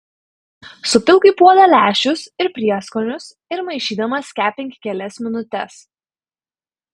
supilk į puodą lęšius ir prieskonius ir maišydamas kepink kelias minutes